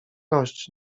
gość